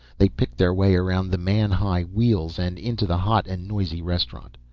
they picked their way around the man-high wheels and into the hot and noisy restaurant.